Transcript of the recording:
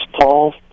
Paul